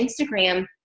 Instagram